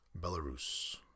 Belarus